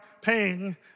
paying